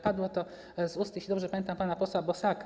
Padło to z ust, jeśli dobrze pamiętam, pana posła Bosaka.